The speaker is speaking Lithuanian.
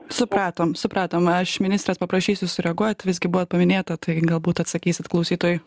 supratom supratom aš ministrės paprašysiu sureaguot visgi buvot paminėta tai galbūt atsakysit klausytojui